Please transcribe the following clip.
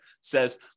says